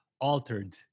altered